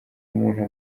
umuntu